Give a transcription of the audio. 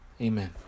Amen